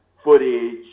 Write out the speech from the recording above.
footage